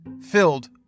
filled